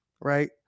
right